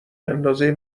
اندازه